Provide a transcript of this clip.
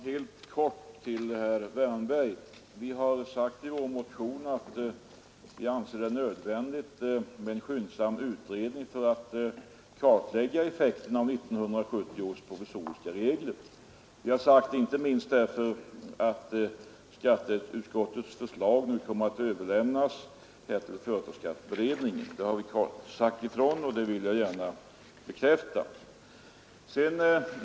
Fru talman! Jag vill helt kort svara herr Wärnberg. Vi har i vår motion sagt att vi anser det nödvändigt med en skyndsam utredning för att kartlägga effekterna av 1970 års provisoriska regler. Det har vi sagt inte minst därför att skatteutskottets förslag nu kommer att överlämnas till företagsskatteberedningen. Jag vill gärna bekräfta detta.